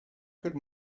could